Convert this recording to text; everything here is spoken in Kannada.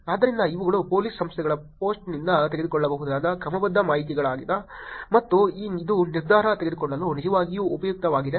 ಆದ್ದರಿಂದ ಇವುಗಳು ಪೋಲಿಸ್ ಸಂಸ್ಥೆಗಳು ಪೋಸ್ಟ್ನಿಂದ ತೆಗೆದುಕೊಳ್ಳಬಹುದಾದ ಕ್ರಮಬದ್ಧ ಮಾಹಿತಿಯಾಗಿದೆ ಮತ್ತು ಇದು ನಿರ್ಧಾರ ತೆಗೆದುಕೊಳ್ಳಲು ನಿಜವಾಗಿಯೂ ಉಪಯುಕ್ತವಾಗಿದೆ